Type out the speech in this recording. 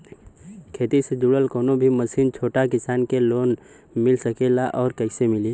खेती से जुड़ल कौन भी मशीन छोटा किसान के लोन मिल सकेला और कइसे मिली?